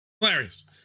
Hilarious